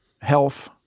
health